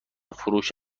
فروش